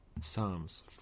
Psalms